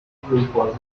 impossible